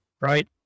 right